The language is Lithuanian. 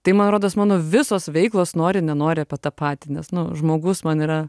tai man rodos mano visos veiklos nori nenori apie tą patį nes nu žmogus man yra